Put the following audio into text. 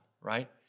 right